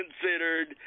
considered